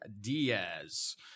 Diaz